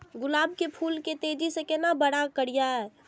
गुलाब के फूल के तेजी से केना बड़ा करिए?